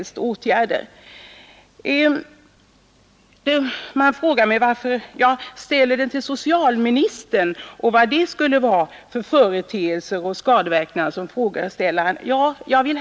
Justitieministern undrar kanske varför jag ställt frågan till socialministern och vad det skulle vara för företeelser och skadeverkningar som jag där syftat på.